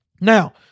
Now